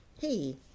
hey